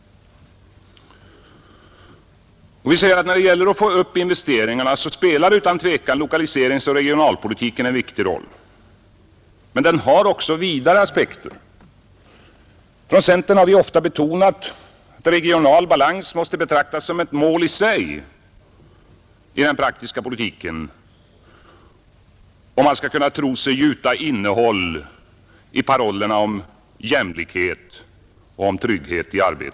När det gäller att öka investeringarna spelar utan tvivel lokaliseringsoch regionalpolitiken en viktig roll, men den har också vidare aspekter. Från centern har vi ofta betonat att regional balans måste betraktas som ett mål i sig i den praktiska politiken, om man skall tro sig kunna gjuta innehåll i parollerna om jämlikhet och trygghet i arbetet.